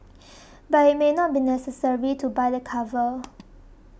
but it may not be necessary to buy the cover